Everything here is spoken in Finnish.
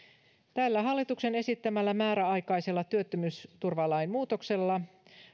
tällä hallituksen esittämällä määräaikaisella työttömyysturvalain muutoksella